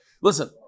Listen